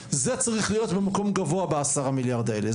זה צריך להיות במקום גבוה ב-10 מיליארד האלה.